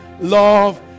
love